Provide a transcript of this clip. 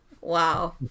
wow